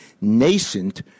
nascent